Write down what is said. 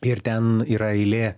ir ten yra eilė